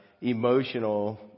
emotional